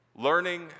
learning